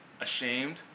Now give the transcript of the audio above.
ashamed